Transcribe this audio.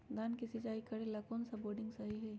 धान के सिचाई करे ला कौन सा बोर्डिंग सही होई?